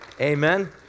Amen